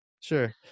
Sure